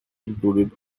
included